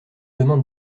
demandes